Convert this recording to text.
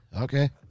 Okay